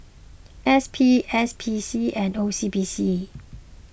S P S P C and O C B C